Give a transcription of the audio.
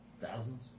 Thousands